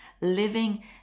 living